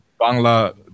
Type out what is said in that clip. bangla